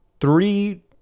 Three